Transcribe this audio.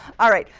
alright,